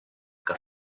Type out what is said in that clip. que